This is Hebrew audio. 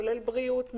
כולל בריאות,